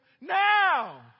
now